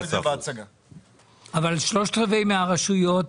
אבל שלושת רבעי מהרשויות